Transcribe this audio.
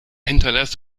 hinterlässt